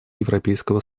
европейского